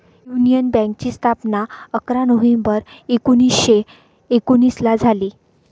union बँकेची स्थापना अकरा नोव्हेंबर एकोणीसशे एकोनिसला झाली